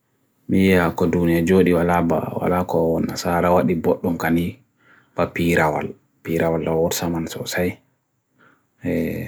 mi akodunia jo di walaba walako nasaharawad dibot dongkani bapirawad, pirawad lawor samansaw say.